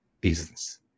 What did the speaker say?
business